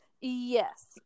Yes